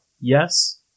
Yes